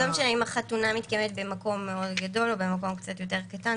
לא משנה אם החתונה מתקיימת במקום מאוד גדול או במקום קצת יותר קטן,